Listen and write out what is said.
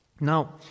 Now